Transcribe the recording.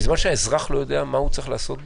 בזמן שהאזרח לא יודע מה הוא צריך לעשות בדיוק?